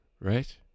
right